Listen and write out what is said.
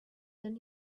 then